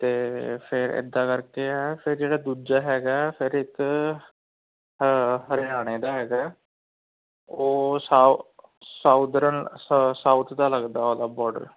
ਅਤੇ ਫਿਰ ਇੱਦਾਂ ਕਰਕੇ ਹੈ ਫਿਰ ਜਿਹੜਾ ਦੂਜਾ ਹੈਗਾ ਹੈ ਫਿਰ ਇੱਕ ਹਰਿਆਣੇ ਦਾ ਹੈਗਾ ਉਹ ਸਾ ਸਾਊਦਰਨ ਸਾ ਸਾਊਥ ਦਾ ਲੱਗਦਾ ਉਹਦਾ ਬੋਡਰ